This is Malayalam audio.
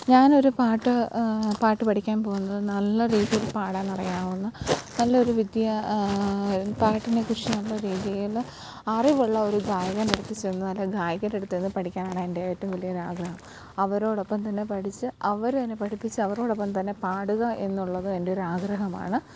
ഞാനൊരു പാട്ട് പാട്ടുപഠിക്കാൻ പോവുന്നത് നല്ല രീതിയിൽ പാടാനറിയാവുന്ന നല്ലൊരു വിദ്യ പാട്ടിനെക്കുറിച്ച് നല്ല രീതിയില് അറിവുള്ള ഒരു ഗായകന്റെയടുത്തു ചെന്ന് അല്ലേ ഗായികയുടെ അടുത്തുചെന്ന് പഠിക്കാനാണെൻ്റെയേറ്റവും വലിയൊരാഗ്രഹം അവരോടൊപ്പം തന്നെ പഠിച്ച് അവരുതന്നെ പഠിപ്പിച്ച് അവരോടൊപ്പം തന്നെ പാടുക എന്നുള്ളത് എൻ്റെയൊരാഗ്രഹമാണ്